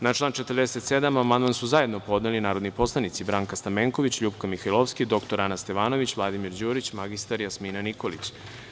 Na član 47. amandman su zajedno podneli narodni poslanici Branka Stamenković, LJupka Mihajlovska, dr Ana Stevanović, Vladimir Đurić i mr Jasmina Nikolić.